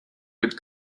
with